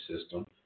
system